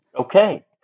okay